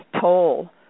toll